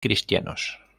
cristianos